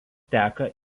teka